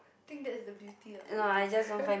think that's the beauty of reading